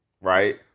right